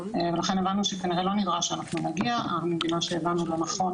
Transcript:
אני מבינה שהבנו לא נכון,